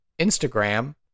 Instagram